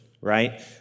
right